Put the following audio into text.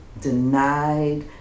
denied